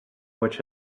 which